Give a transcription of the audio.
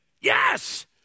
Yes